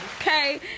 okay